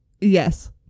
Yes